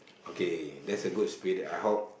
okay that's a good spirit I hope